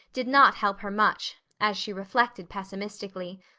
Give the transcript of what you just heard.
did not help her much, as she reflected pessimistically.